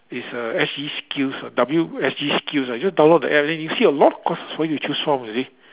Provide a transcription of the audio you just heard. is uh S_G skills ah W S_G skills ah you just download the app then you see a lot of courses for you to choose from you see